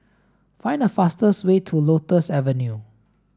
find the fastest way to Lotus Avenue